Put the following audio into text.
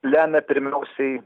lemia pirmiausiai